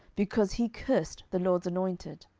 because he cursed the lord's anointed?